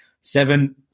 seven